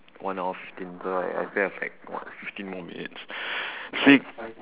one hour fifteen so like I still have like what fifteen more minutes sleep